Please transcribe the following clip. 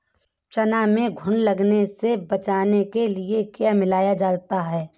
चना में घुन लगने से बचाने के लिए क्या मिलाया जाता है?